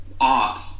art